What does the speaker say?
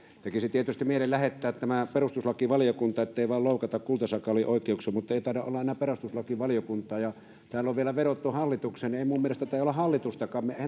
tietysti mieli lähettää tämä perustuslakivaliokuntaan ettei vaan loukata kultasakaalin oikeuksia mutta ei taida olla enää perustuslakivaliokuntaa ja kun täällä on vielä vedottu hallitukseen niin ei minun mielestäni taida olla hallitustakaan eihän täällä ole